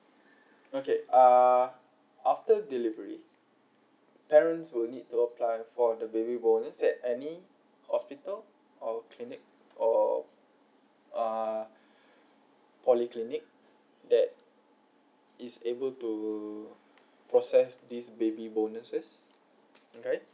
okay uh after delivery parents will need to apply for the baby bonus at any hospital or clinic or uh polyclinic that is able to process this baby bonus first okay